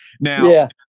Now